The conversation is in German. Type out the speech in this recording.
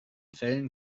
fällen